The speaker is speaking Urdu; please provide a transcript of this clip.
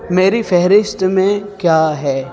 میری فہرست میں کیا ہے